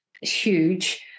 huge